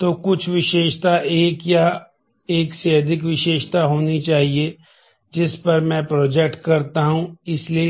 तो कुछ विशेषता एक या एक से अधिक विशेषता होनी चाहिए जिस पर मैं प्रोजेक्ट में समान